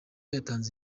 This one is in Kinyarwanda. yatanze